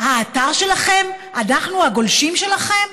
האתר שלכם, אנחנו הגולשים שלכם,